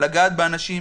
לגעת באנשים.